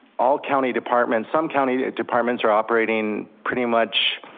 all county departments, some county departments are operating pretty much